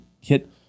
hit